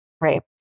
Right